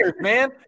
man